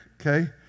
okay